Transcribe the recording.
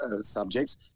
subjects